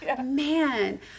man